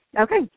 Okay